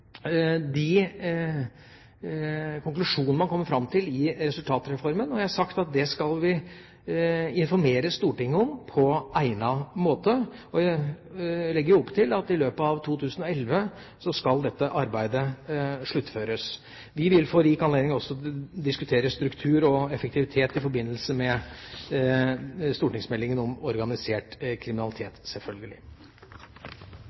de konklusjonene man kommer fram til i resultatreformen. Jeg har sagt at det skal vi informere Stortinget om på egnet måte. Jeg legger opp til at i løpet av 2011 skal dette arbeidet sluttføres. Vi vil få rik anledning til også å diskutere struktur og effektivitet i forbindelse med stortingsmeldinga om organisert